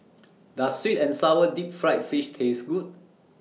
Does Sweet and Sour Deep Fried Fish Taste Good